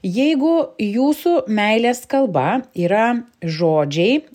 jeigu jūsų meilės kalba yra žodžiai